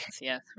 yes